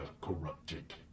corrupted